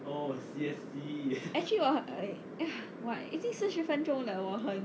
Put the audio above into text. actually 我很 !wah! 已经四十分钟了我很